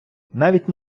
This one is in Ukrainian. навіть